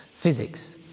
physics